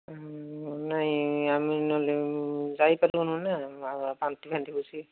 ହୁଁ ନାଇ ଆମେ ନହେଲେ ଯାଇପାରିବୁନୁ ନା ଆ ବାନ୍ତି ଫାନ୍ତି ହେଉଛି